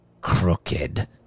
crooked